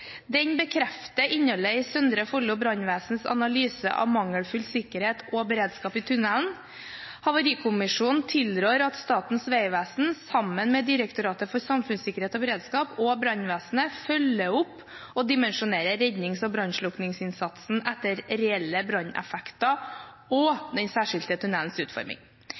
Den bekrefter innholdet i Søndre Follo Brannvesens analyse av mangelfull sikkerhet og beredskap i tunnelen. Havarikommisjonen tilrår at Statens vegvesen sammen med Direktoratet for samfunnssikkerhet og beredskap og brannvesenet følger opp og dimensjonerer rednings- og brannslukkingsinnsatsen etter reelle branneffekter og den særskilte tunnelens utforming.